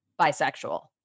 bisexual